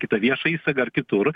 kitą viešą įstaigą ar kitur